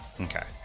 Okay